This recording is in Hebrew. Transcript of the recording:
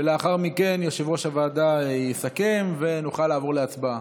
ולאחר מכן יושב-ראש הוועדה יסכם ונוכל לעבור להצבעה.